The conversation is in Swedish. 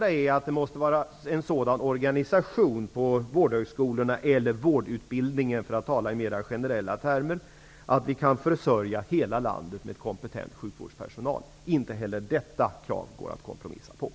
För det andra skall det vara en sådan organisation på vårdhögskolorna eller -- för att tala i mer generella termer -- vårdutbildningen att hela landet kan försörjas med kompetent sjukvårdspersonal. Inte heller detta krav går att kompromissa om.